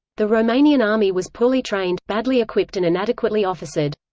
the romanian army was poorly trained, badly equipped and inadequately officered.